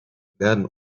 werden